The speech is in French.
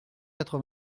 quatre